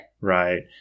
Right